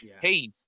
hey